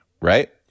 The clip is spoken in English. right